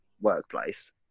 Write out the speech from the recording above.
workplace